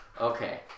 Okay